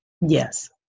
Yes